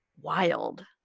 wild